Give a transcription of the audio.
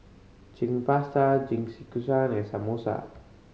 Chicken Pasta Jingisukan and Samosa